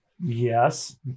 Yes